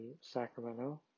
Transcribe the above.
Sacramento